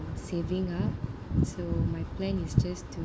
saving up so my plan is just to